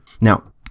Now